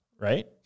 right